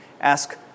Ask